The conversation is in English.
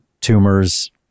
tumors